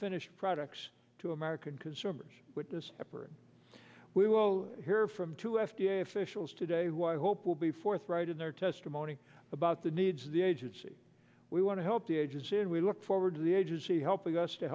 finished products to american consumers with this effort we will hear from two f d a officials today why i hope will be forthright in their testimony about the needs of the agency we want to help the ages in we look forward to the agency helping us to